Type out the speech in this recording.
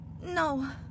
No